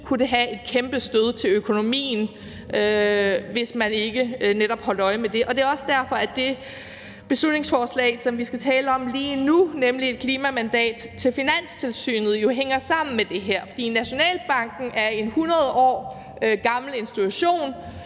kunne det give et kæmpe stød til økonomien, altså hvis man ikke netop holdt øje med det. Det er også derfor, at det beslutningsforslag, som vi skal tale om lige om lidt, nemlig det om at give et klimamandat til Finanstilsynet, jo hænger sammen med det her. For Nationalbanken er en 100 år gammel institution,